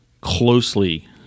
closely